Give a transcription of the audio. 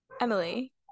Emily